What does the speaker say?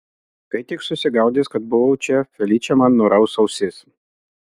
kai tik susigaudys kad buvau čia feličė man nuraus ausis